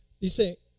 Dice